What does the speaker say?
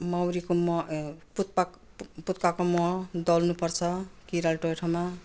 मौरीको मह पुतपाक पुतकाको मह दल्नुपर्छ किराले टोकेको ठाउँमा